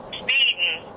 speeding